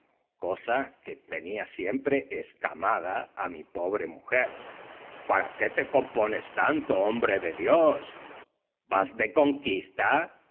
cosa que tenía siempre escamada a mi pobre mujer para qué te compones tanto hombre de dios vas de conquista